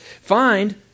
Find